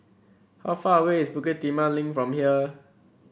how far away is Bukit Timah Link from here